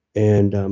and